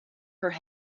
her